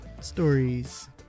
stories